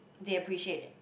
they appreciate it